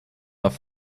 darf